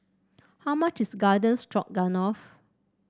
how much is Garden Stroganoff